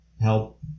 help